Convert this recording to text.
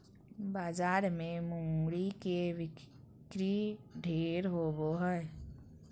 बाजार मे मूरी के बिक्री ढेर होवो हय